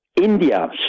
India